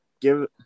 Give